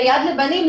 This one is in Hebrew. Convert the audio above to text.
ליד לבנים,